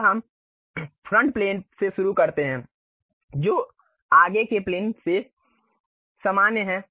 अब हम front plane से शुरू करते हैं जो आगे के प्लेन से सामान्य है